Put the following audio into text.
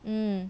mm